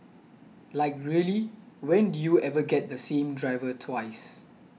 like really when do you ever get the same driver twice